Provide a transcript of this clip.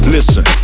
Listen